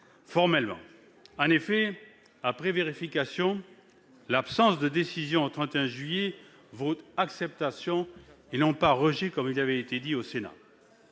le ministre. En effet, après vérification, l'absence de décision à cette date vaut acceptation, et non pas rejet, comme il avait été dit au Sénat.